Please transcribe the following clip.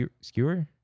skewer